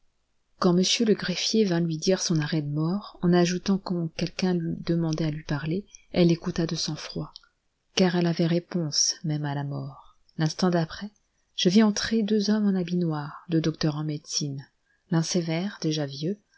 quand m le greffier vint lui lire son arrêt de mort en ajoutant que quelqu'un demandait à lui parler elle l'écouta de sang-froid car elle avait réponse même à la mort l'instant d'après je vis entrer deux hommes en habit noir deux docteurs en médecine l'un sévère déjà vieux